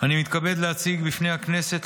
אני מתכבד להציג בפני הכנסת,